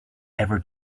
ever